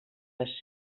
les